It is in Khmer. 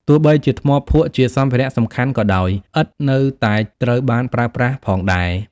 ទោះបីជាថ្មភក់ជាសម្ភារៈសំខាន់ក៏ដោយ ឥដ្ឋ នៅតែត្រូវបានប្រើប្រាស់ផងដែរ។